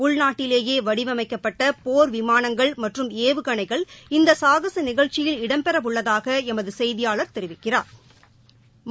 உள்நாட்டிலேலே வடிவமைக்கப்பட்ட போர் விமானங்கள் மற்றும் ஏவுகணைகள் இந்த சாகச நிகழ்ச்சியில் இடம்பெறவுள்ளதாக எமது செய்தியாளா் தெரிவிக்கிறாா்